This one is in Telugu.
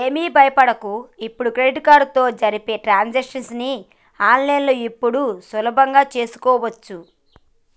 ఏమి భయపడకు ఇప్పుడు క్రెడిట్ కార్డు తోటి జరిపే ట్రాన్సాక్షన్స్ ని ఆన్లైన్లో ఇప్పుడు సులభంగా చేసుకోవచ్చు